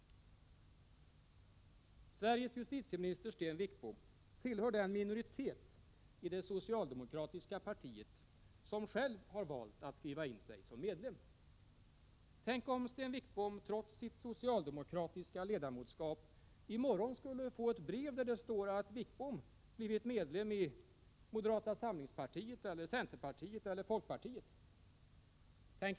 Sveriges justitieminister Sten Wickbom tillhör den minoritet i det socialdemokratiska partiet som själv har valt att skriva in sig som medlem. Tänk om Sten Wickbom trots sitt socialdemokratiska ledamotskap i morgon skulle få ett brev, där det står att Wickbom blivit medlem i det moderata samlingspartiet, centerpartiet eller folkpartiet.